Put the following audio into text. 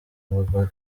bagore